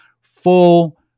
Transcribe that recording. full